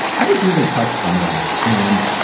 i was really touched by that. and